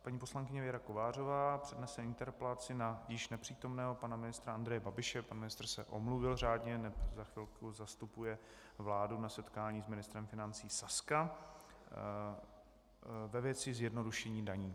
Paní poslankyně Věra Kovářová přednese interpelaci na již nepřítomného pana ministra Andreje Babiše pan ministr se řádně omluvil, neb za chvilku zastupuje vládu na setkání s ministrem financí Saska ve věci zjednodušení daní.